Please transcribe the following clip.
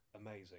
amazing